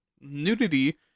Nudity